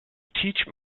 teach